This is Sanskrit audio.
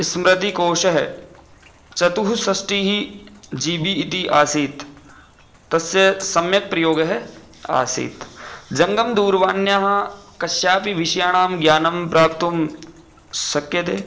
स्मृतिकोषः चतुःषष्टिः जी बी इति आसीत् तस्य सम्यक् प्रयोगः आसीत् जङ्गमदूरवाण्याः कस्यापि विषयानां ज्ञानं प्राप्तुं शक्यते